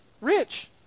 rich